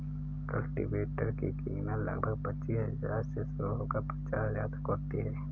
cultivator की कीमत लगभग पचीस हजार से शुरू होकर पचास हजार तक होती है